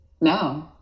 No